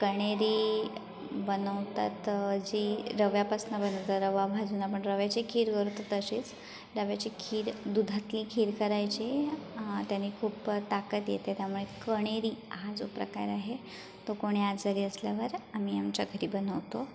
कण्हेरी बनवतात जी रव्यापासून बनवता रवा भाजून आपण रव्याची खीर करतो तशीच रव्याची खीर दुधातली खीर करायची त्याने खूप ताकद येते त्यामुळं कण्हेरी हा जो प्रकार आहे तो कोणी आजारी असल्यावर आम्ही आमच्या घरी बनवतो